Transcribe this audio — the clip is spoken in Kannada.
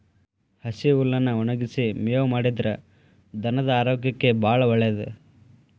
ಹಸಿ ಹುಲ್ಲನ್ನಾ ಒಣಗಿಸಿ ಮೇವು ಮಾಡಿದ್ರ ಧನದ ಆರೋಗ್ಯಕ್ಕೆ ಬಾಳ ಒಳ್ಳೇದ